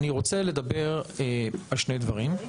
אני רוצה לדבר על שני דברים,